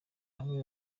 hamwe